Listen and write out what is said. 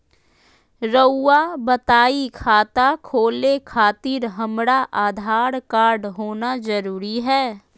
रउआ बताई खाता खोले खातिर हमरा आधार कार्ड होना जरूरी है?